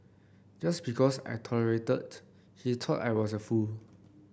just because I tolerated he thought I was a fool